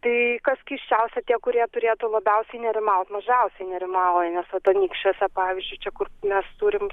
tai kas keisčiausia tie kurie turėtų labiausiai nerimaut mažiausiai nerimauja nes vat anykščiuose pavyzdžiui čia kur mes turim